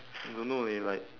I don't know eh like